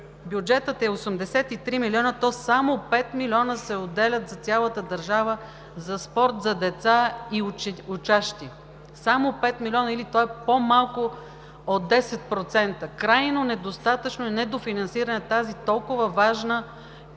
бюджетът е 83 милиона, то само 5 милиона се отделят за цялата държава за спорт за деца и учащи. Само 5 милиона или това е по-малко от 10%! Крайно недостатъчно е недофинансирана тази толкова важна политика,